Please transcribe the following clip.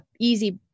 easy